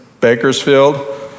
Bakersfield